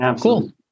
Cool